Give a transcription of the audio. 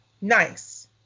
nice